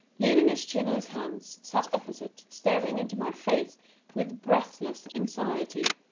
leaning his chin on his hands, sat opposite, staring into my face with breathless anxiety.